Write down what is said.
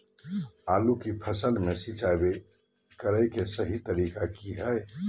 आलू की फसल में सिंचाई करें कि सही तरीका की हय?